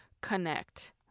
connect